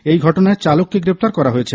এই ঘটনায় চালককে গ্রেপ্তার করা হয়েছে